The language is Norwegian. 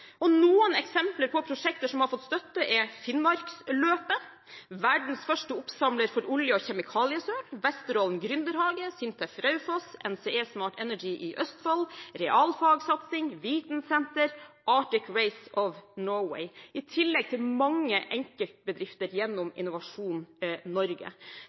Noen eksempler på prosjekter som har fått støtte, er: Finnmarksløpet, verdens første oppsamler for olje- og kjemikaliesøl, Vesterålen Gründerhage, SINTEF Raufoss, NCE Smart Energy i Østfold, realfagssatsing, vitensenter, Arctic Race of Norway, i tillegg til mange enkeltbedrifter gjennom Innovasjon Norge.